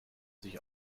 sich